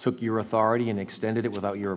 took your authority and extended it without your